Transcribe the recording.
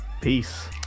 peace